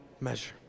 measure